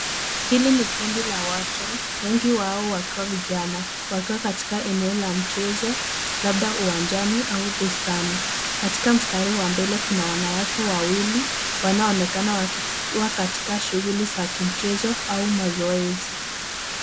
Hili ni kundi la watu, wengi wao wakiwa vijana, wakiwa katika eneo la mchezo labda uwanjani au bustani. Katika mstari wa mbele kuna wanawake wawili wanaoonekana katika shughuli za kimchezo au mazoezi.